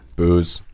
Booze